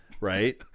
Right